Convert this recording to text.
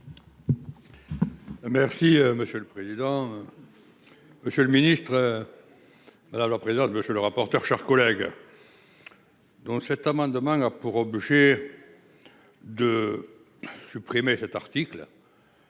Merci monsieur le président. Monsieur le Ministre. Voilà la présidente. Monsieur le rapporteur, chers collègues. Donc cet amendement a pour objet. De. Supprimer cet article.